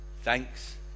Thanks